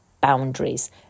boundaries